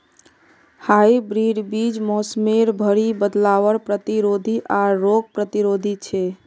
hybrid बीज मोसमेर भरी बदलावर प्रतिरोधी आर रोग प्रतिरोधी छे